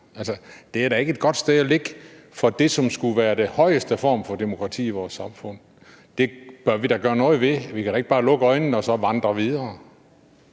det er da ikke et godt sted at ligge for det, som skulle være den højeste form for demokrati i vores samfund, og det bør vi da gøre noget ved. Vi kan da ikke bare lukke øjnene og så vandre videre.